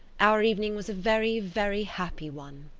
our evening was a very, very happy one.